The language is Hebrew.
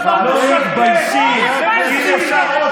אתה בן אדם מתועב,